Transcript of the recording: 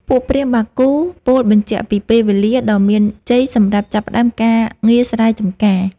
ពួកព្រាហ្មណ៍បាគូពោលបញ្ជាក់ពីពេលវេលាដ៏មានជ័យសម្រាប់ចាប់ផ្ដើមការងារស្រែចម្ការ។